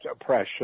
oppression